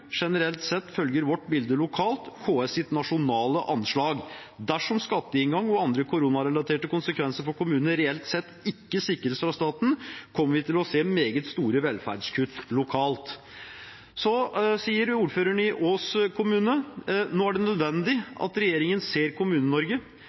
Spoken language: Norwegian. Generelt sett følger vårt bilde lokalt KS’ nasjonale anslag. Dersom skatteinngang og andre koronarelaterte konsekvenser for kommunene reelt sett ikke sikres fra staten, kommer vi til å se meget store velferdskutt lokalt. Så sier ordføreren i Ås kommune: Nå er det nødvendig